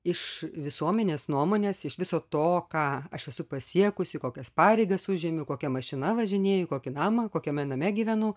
iš visuomenės nuomonės iš viso to ką aš esu pasiekusi kokias pareigas užimu kokia mašina važinėju kokį namą kokiame name gyvenu